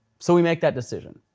so we make that decision.